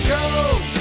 Joe